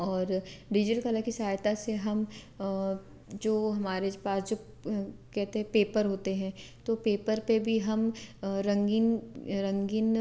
और डिजिटल कला की सहायता से हम जो हमारे पास जो कहते पेपर होते हैं तो पेपर पर भी हम रंगीन रंगीन